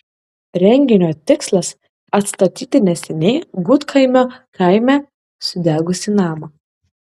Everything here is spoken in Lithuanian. renginio tikslas atstatyti neseniai gudkaimio kaime sudegusį namą